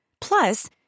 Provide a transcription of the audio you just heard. Plus